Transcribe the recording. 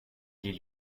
les